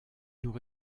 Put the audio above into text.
nous